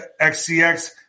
XCX